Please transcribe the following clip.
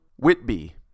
Whitby